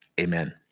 Amen